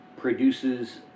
produces